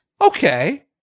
Okay